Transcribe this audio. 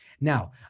Now